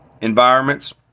environments